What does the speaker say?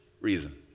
reason